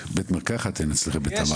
בית מרקחת אין אצלכם בתמר.